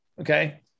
Okay